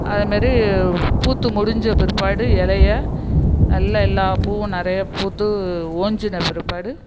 அதமாரி பூத்து முடிஞ்ச பிற்பாடு இலைய நல்ல எல்லா பூவும் நிறைய பூத்து ஓஞ்சின பிற்பாடு